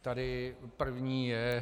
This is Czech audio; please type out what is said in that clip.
Tady první je...